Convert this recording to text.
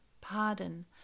pardon